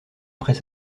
après